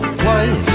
play